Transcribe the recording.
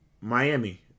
Miami